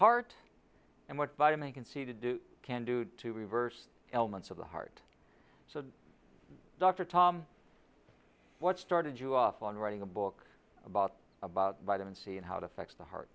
heart and what vitamin can see to do can do to reverse elements of the heart so dr tom what started you off on writing a book about about vitamin c and how it affects the heart